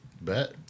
Bet